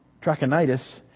Trachonitis